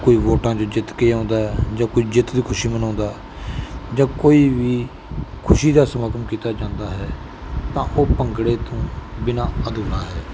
ਕੋਈ ਵੋਟਾਂ 'ਚ ਜਿੱਤ ਕੇ ਆਉਂਦਾ ਜਾਂ ਕੋਈ ਜਿੱਤ ਦੀ ਖੁਸ਼ੀ ਮਨਾਉਂਦਾ ਜਾਂ ਕੋਈ ਵੀ ਖੁਸ਼ੀ ਦਾ ਸਮਾਗਮ ਕੀਤਾ ਜਾਂਦਾ ਹੈ ਤਾਂ ਉਹ ਭੰਗੜੇ ਤੋਂ ਬਿਨਾਂ ਅਧੂਰਾ ਹੈ